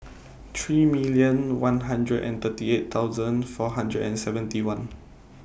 three million one hundred and thirty eight thousand four hundred and seventy one